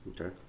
Okay